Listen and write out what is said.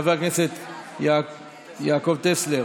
וחבר הכנסת יעקב טסלר,